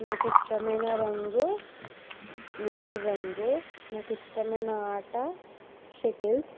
నాకు ఇష్టమైన రంగు నీలి రంగు నాకు ఇష్టమైన ఆట షటిల్స్